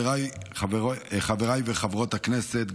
חבריי וחברות הכנסת,